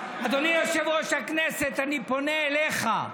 אני פונה אליך.